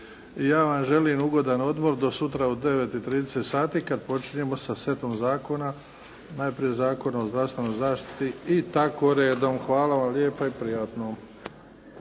Ja vam želim ugodan odmor do sutra u 9,30 sati kad počinjemo sa setom zakona. Najprije Zakon o zdravstvenoj zaštiti i tako redom. Hvala vam lijepa i prijatno!